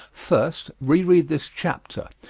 first, reread this chapter,